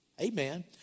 Amen